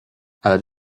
ale